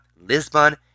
Lisbon